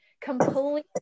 completely